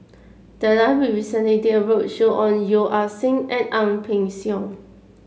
the library recently did a roadshow on Yeo Ah Seng and Ang Peng Siong